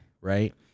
right